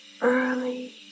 early